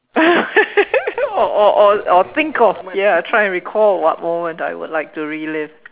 or or or think of ya try and recall of what moment I would like to relieve